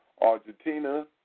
Argentina